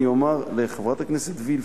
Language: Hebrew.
אני אומר לחברת הכנסת וילף,